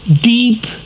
deep